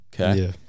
okay